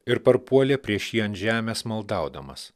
ir parpuolė prieš jį ant žemės maldaudamas